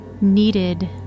needed